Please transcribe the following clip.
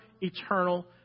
eternal